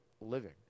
living